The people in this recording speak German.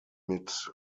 mit